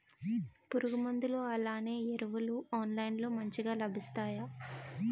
పురుగు మందులు అలానే ఎరువులు ఆన్లైన్ లో మంచిగా లభిస్తాయ?